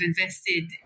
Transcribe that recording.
invested